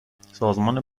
سازمان